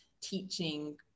teaching